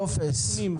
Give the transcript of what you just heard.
טופס.